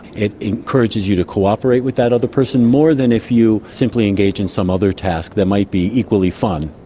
it encourages you to cooperate with that other person, more than if you simply engage in some other task that might be equally fun.